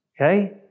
Okay